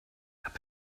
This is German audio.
aber